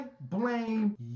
blame